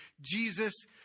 Jesus